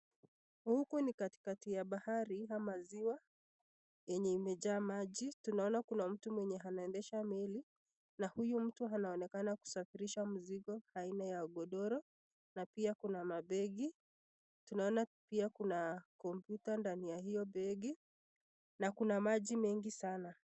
Huku ni katikati ya bahari ama ziwa yenye imejaa maji, tunaona kuna mtu mwenye anaendesha meli na huyu mtu anaonekana kusafirisha vitu aina ya godoro na pia kuna mabegi. Tunaona pia kuna kompyuta ndani ya hiyo begi na kuna maji mengi sana.